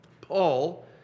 Paul